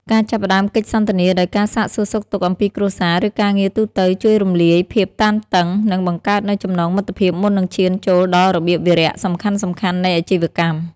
ការចាប់ផ្ដើមកិច្ចសន្ទនាដោយការសាកសួរសុខទុក្ខអំពីគ្រួសារ ឬការងារទូទៅ ជួយរំលាយភាពតានតឹង និងបង្កើតនូវចំណងមិត្តភាពមុននឹងឈានចូលដល់របៀបវារៈសំខាន់ៗនៃអាជីវកម្ម។